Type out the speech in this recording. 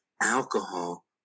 Alcohol